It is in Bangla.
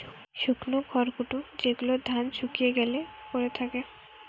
শুকনো খড়কুটো যেগুলো ধান শুকিয়ে গ্যালে পড়ে থাকে